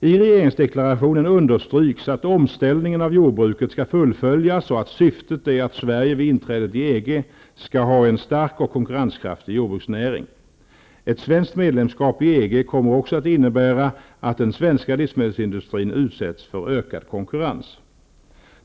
I regeringsdeklarationen understryks att omställningen av jordbruket skall fullföljas och att syftet är att Sverige vid inträdet i EG skall ha en stark och konkurrenskraftig jordbruksnäring. Ett svenskt medlemskap i EG kommer också att innebära att den svenska livsmedelsindustrin utsätts för ökad kon kurrens.